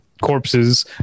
corpses